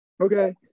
okay